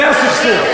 זה הסכסוך.